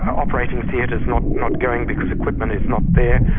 operating theatres not not going because equipment is not there,